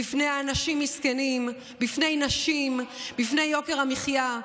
בפני אנשים מסכנים, בפני נשים, בפני יוקר המחיה.